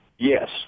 Yes